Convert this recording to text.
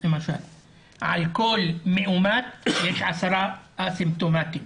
שעל כל חולה מאומת יש עשרה אסימפטומטיים?